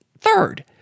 Third